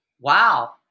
wow